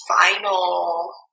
final